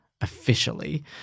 officially